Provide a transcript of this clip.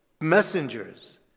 messengers